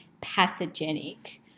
pathogenic